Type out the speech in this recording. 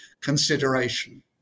consideration